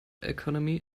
economy